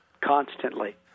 Constantly